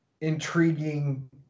intriguing